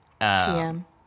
TM